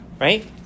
Right